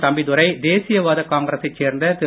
தம்பிதுரை தேசியவாத காங்கிரசை சேர்ந்த திரு